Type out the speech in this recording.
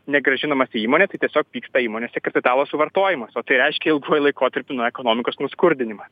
negrąžinamas į įmonę tai tiesiog vyksta įmonėse kapitalo suvartojimas o tai reiškia ilguoju laikotarpiu na ekonomikos nuskurdinimą